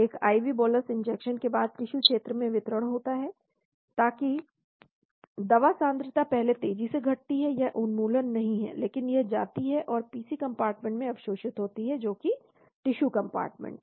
एक IV bolus injection के बाद टिशू क्षेत्र में वितरण होता है ताकि दवा सांद्रता पहले तेजी से घटती है यह उन्मूलन नहीं है लेकिन यह जाती है और PC कंपार्टमेंट में अवशोषित होती है जो कि टिशू कंपार्टमेंट है